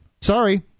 sorry